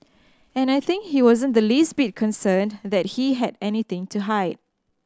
and I think he wasn't the least bit concerned that he had anything to hide